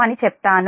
అని చెప్తాను